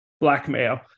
blackmail